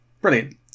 brilliant